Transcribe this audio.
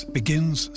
begins